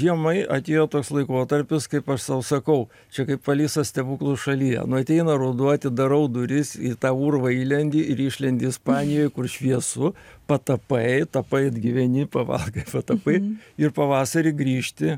žiemai atėjo toks laikotarpis kaip aš sau sakau čia kaip alisa stebuklų šalyje nu ateina ruduo atidarau duris į tą urvą įlendi ir išlendi ispanijoj kur šviesu patapai tapai atgyveni pavalgai patapai ir pavasarį grįžti